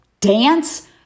dance